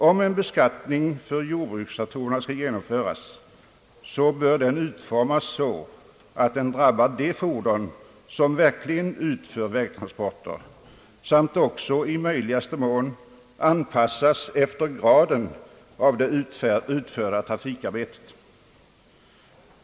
Om en beskattning för jordbrukstraktorerna skall genomföras, bör den utformas så att den drabbar de fordon som verkligen utför vägtransporter samt också i möjligaste mån anpassas efter graden av det utförda trafikarbetet.